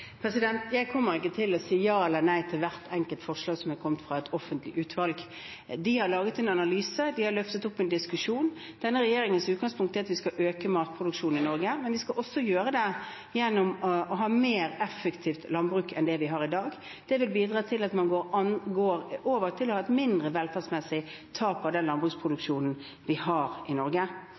Jeg kommer ikke til å si ja eller nei til hvert enkelt forslag som er kommet fra et offentlig utvalg. De har laget en analyse, de har løftet frem en diskusjon. Denne regjeringens utgangspunkt er at vi skal øke matproduksjonen i Norge, men vi skal også gjøre det gjennom å ha et mer effektivt landbruk enn det vi har i dag. Det vil bidra til at man går over til å ha et mindre velferdsmessig tap av den landbruksproduksjonen vi har i Norge.